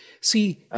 See